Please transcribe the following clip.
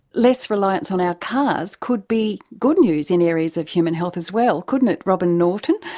less reliance on our cars could be good news in areas of human health as well, couldn't it, robyn norton?